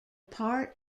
part